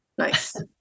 Nice